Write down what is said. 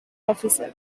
officer